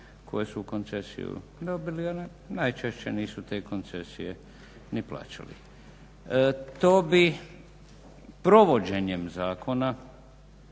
koje su u koncesiju dobili jer najčešće nisu te koncesije ni plaćali. To bi provođenjem zakona